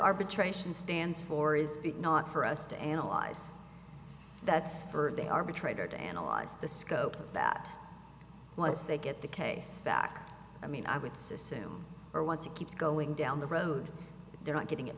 arbitration stands for is not for us to analyze that's for the arbitrator to analyze the scope of the bat once they get the case back i mean i would system for once it keeps going down the road they're not getting it